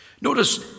Notice